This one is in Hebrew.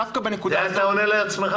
את זה אתה עונה לעצמך,